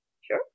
Sure